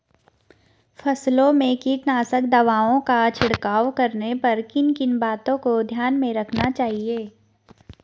फसलों में कीटनाशक दवाओं का छिड़काव करने पर किन किन बातों को ध्यान में रखना चाहिए?